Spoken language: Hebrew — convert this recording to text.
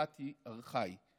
ביורוקרטי ארכאי.